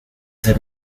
ser